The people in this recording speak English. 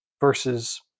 versus